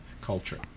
culture